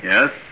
Yes